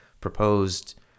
proposed